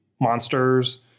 monsters